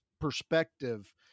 perspective